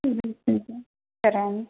సరే అండి